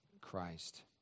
Christ